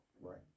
Right